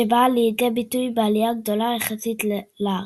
שבאה לידי ביטוי בעלייה גדולה יחסית לארץ.